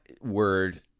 word